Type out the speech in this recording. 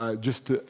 ah just,